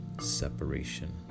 separation